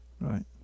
right